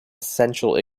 essential